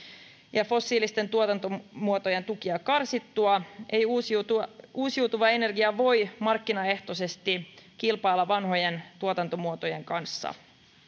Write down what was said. eikä fossiilisten tuotantomuotojen tukia karsittua ei uusiutuva uusiutuva energia voi markkinaehtoisesti kilpailla vanhojen tuotantomuotojen kanssa